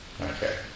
Okay